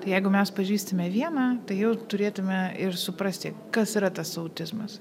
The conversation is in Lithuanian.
tai jeigu mes pažįstame vieną tai jau turėtume ir suprasti kas yra tas autizmas